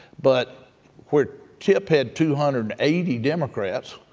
but where tip had two hundred and eighty democrats,